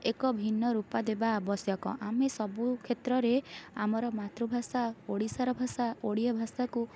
ଏକ ଭିନ୍ନ ରୂପ ଦେବା ଆବଶ୍ୟକ ଆମେ ସବୁ କ୍ଷେତ୍ରରେ ଆମର ମାତୃଭାଷା ଓଡ଼ିଶାର ଭାଷା ଓଡ଼ିଆଭାଷାକୁ